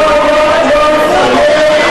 לא טרור.